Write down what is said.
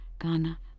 Ghana